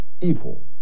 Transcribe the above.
evil